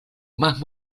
más